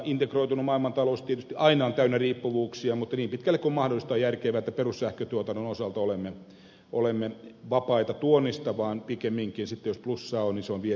integroitunut maailmantalous tietysti aina on täynnä riippuvuuksia mutta niin pitkälle kuin mahdollista on järkevää että perussähkötuotannon osalta olemme vapaita tuonnista ja pikemminkin sitten jos plussaa on niin se on viennin puolella